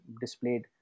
displayed